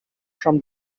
from